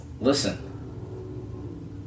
Listen